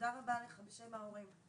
תודה רבה לך, בשם ההורים.